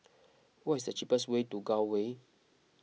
what is the cheapest way to Gul Way